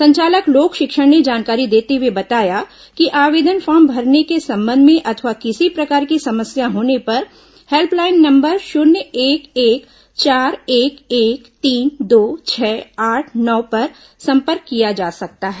संचालक लोक शिक्षण ने जानकारी देते हुए बताया कि आवेदन फार्म भरने के संबंध में अथवा किसी प्रकार की समस्या होने पर हेल्पलाईन नम्बर शून्य एक एक चार एक एक तीन दो छह आठ नौ पर सम्पर्क किया जा सकता है